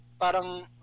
parang